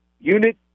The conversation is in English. unit